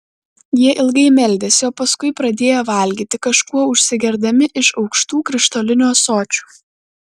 jie ilgai meldėsi o paskui pradėjo valgyti kažkuo užsigerdami iš aukštų krištolinių ąsočių